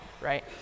right